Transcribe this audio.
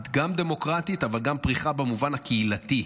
גם דמוקרטית אבל גם פריחה במובן הקהילתי.